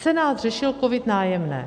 Senát řešil COVID Nájemné.